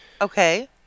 Okay